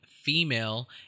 female